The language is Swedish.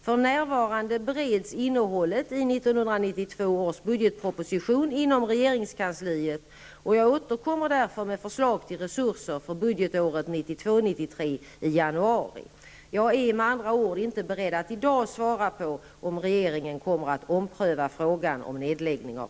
För närvarande bereds innehållet i 1992 års budgetproposition inom regeringskansliet, och jag återkommer därför med förslag till resurser för budgetåret 1992/93 i januari. Jag är med andra ord inte beredd att i dag svara på om regeringen kommer att ompröva frågan om nedläggning av